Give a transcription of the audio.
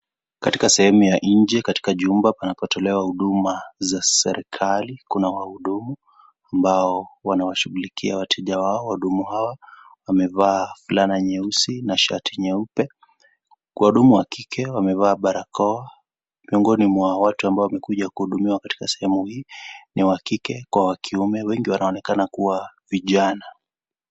Katika sehemu ya nje, katika jumba panatolewa huduma za serikali. Kuna wahudumu ambao wanawashughulikia wateja wao. Wahudumu hawa wamevaa fulana nyeusi na shati nyeupe. Wahudumu wa kike wamevaa barakoa, miongoni mwa watu ambao wamekuja kuhudumiwa kakita sehemu hii ni wa kike kwa wakiume; wengi wanaonekana kuwa vijana.